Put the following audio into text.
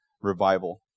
revival